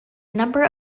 number